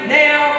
now